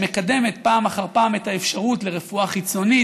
שמקדמת פעם אחר פעם את האפשרות של רפואה חיצונית,